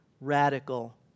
radical